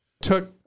took